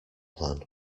plan